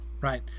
right